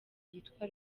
yitwa